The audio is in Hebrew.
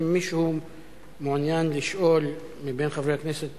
אם מישהו מבין חברי הכנסת